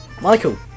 Michael